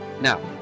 Now